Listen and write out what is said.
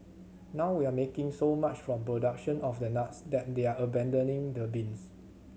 now we're making so much from production of the nuts that they're abandoning the beans